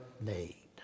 need